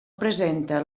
presente